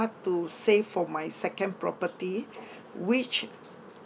to save for my second property which